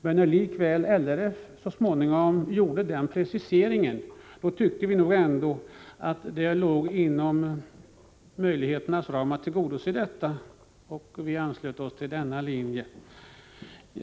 Men när RLF gjorde den preciseringen, så tyckte vi ändå att det låg inom möjligheternas ram att tillgodose detta önskemål, och vi anslöt oss till den linjen.